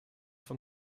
von